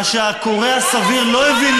מה שהקורא הסביר לא הבין,